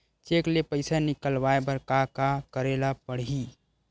Cheque ले पईसा निकलवाय बर का का करे ल पड़हि?